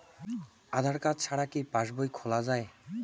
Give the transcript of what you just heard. আধার card ছাড়া কি পাসবই খোলা যায়?